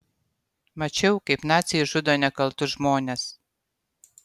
mačiau kaip naciai žudo nekaltus žmones